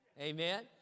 Amen